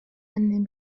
نمیخندم